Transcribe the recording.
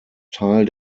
teil